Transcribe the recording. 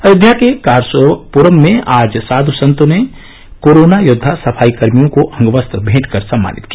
अयोध्या के कारसेवक पुरम में आज साध संतों ने कोरोना योद्वा सफाईकर्मियों को अंगवस्त्र भेंट कर सम्मानित किया